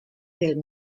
del